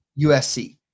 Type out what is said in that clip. USC